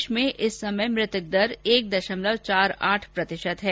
देश में इस समय मृतक दर एक दशमलव चार आठ प्रतिशत हो गई है